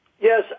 Yes